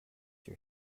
your